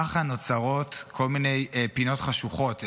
ככה נוצרות כל מיני פינות חשוכות,